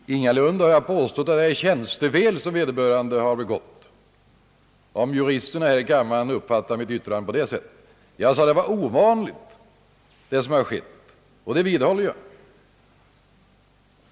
Herr talman! Ingalunda har jag påstått att vederbörande ombudsman har begått tjänstefel, även om juristerna här i kammaren har uppfattat mitt yttrande på det sättet. Jag sade bara, att det som skett var ovanligt. Det vidhåller jag.